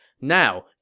Now